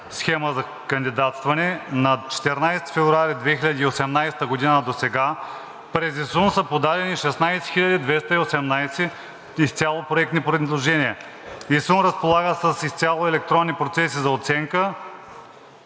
схема за кандидатстване на 14 февруари 2018 г. досега през ИСУН са подадени 16 218 изцяло проектни предложения. ИСУН разполага с изцяло електронни процеси за оценка,